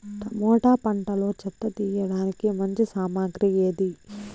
Tomato పంటలో చెత్త తీయడానికి మంచి సామగ్రి ఏది?